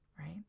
right